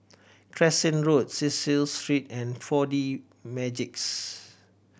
Crescent Road Cecil Street and Four D Magix